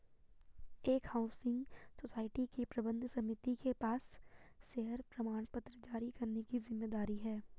एक housing society की प्रबंध समिति के पास शेयर प्रमाणपत्र जारी करने की जिम्मेदारी है